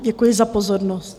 Děkuji za pozornost.